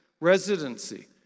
residency